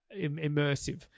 immersive